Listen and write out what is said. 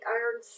iron